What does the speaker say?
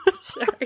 sorry